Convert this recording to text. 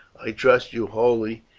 i trust you wholly,